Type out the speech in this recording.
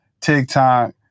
TikTok